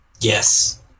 Yes